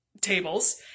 tables